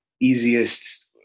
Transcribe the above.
easiest